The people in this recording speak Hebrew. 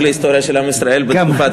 להיסטוריה של עם ישראל בתקופת ימי-הביניים.